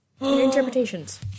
Interpretations